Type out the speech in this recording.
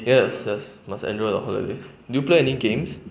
yes yes must enjoy the holiday do you play any games